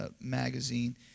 magazine